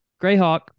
Greyhawk